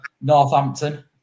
Northampton